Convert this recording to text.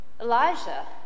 Elijah